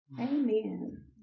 Amen